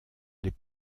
les